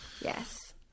Yes